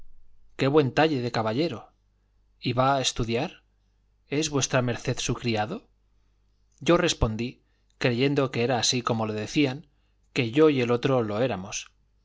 qué buen talle de caballero y va a estudiar es v md su criado yo respondí creyendo que era así como lo decían que yo y el otro lo éramos